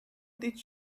did